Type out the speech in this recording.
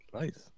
nice